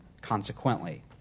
consequently